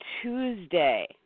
Tuesday